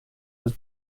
was